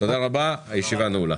תודה רבה, הישיבה נעולה.